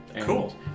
Cool